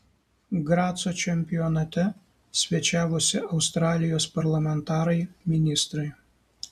graco čempionate svečiavosi australijos parlamentarai ministrai